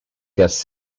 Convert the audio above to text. guests